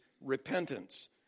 repentance